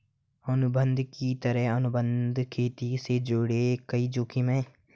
अनुबंध की तरह, अनुबंध खेती से जुड़े कई जोखिम है